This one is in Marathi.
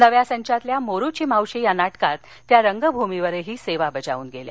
नव्या संचातल्या मोरूची मावशी या नाटकात त्या रंगभुमीवरही सेवा बजावून गेल्या